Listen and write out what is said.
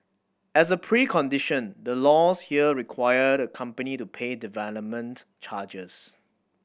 as a precondition the laws here require the company to pay development charges